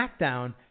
SmackDown